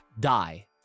die